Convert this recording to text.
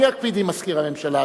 עכשיו אני אקפיד עם מזכיר הממשלה.